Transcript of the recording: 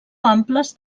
amples